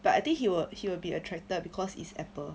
but I think he will he will be attracted because it's apple